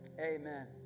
Amen